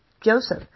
Joseph